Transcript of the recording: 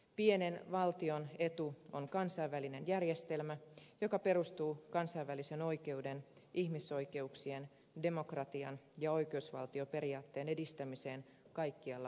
pienen valtion etu on kansainvälinen järjestelmä joka perustuu kansainvälisen oikeuden ihmisoikeuksien demokratian ja oikeusvaltioperiaatteen edistämiseen kaikkialla maailmassa